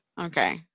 Okay